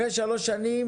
אחרי שלוש שנים